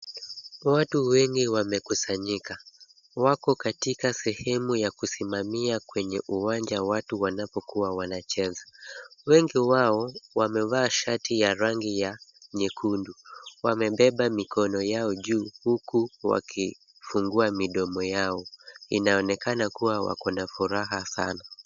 Watu wengi wamekusanyika. Wako katika sehemu ya kusimamia kwenye uwanja watu wanapokuwa wanacheza. Wengi wao wamevaa shati ya rangi ya nyekundu. Wamebeba mikono yao juu huku wakifungua midomo yao. Inaonekana kuwa wako na furaha sana.